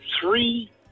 three